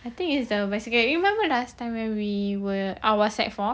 I think it's the bicycle you remember last time when we were I was sec four